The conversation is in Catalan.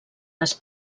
les